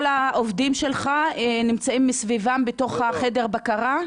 העובדים שלך נמצאים מסביבם בתוך חדר הבקרה?